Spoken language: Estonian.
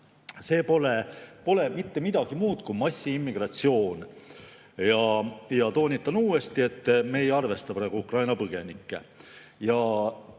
See pole mitte midagi muud kui massiimmigratsioon. Toonitan uuesti, et me ei arvesta praegu Ukraina põgenikke.